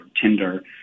Tinder